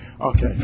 Okay